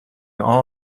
all